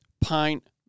Pint